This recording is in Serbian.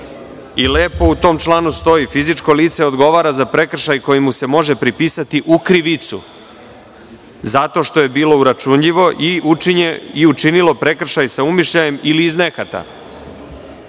lica. U tom članu lepo stoji da fizičko lice odgovara za prekršaj koji mu se može pripisati u krivicu zato što je bilo uračunljivo i učinilo prekršaj sa umišljajem ili iz nehata,